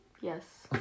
Yes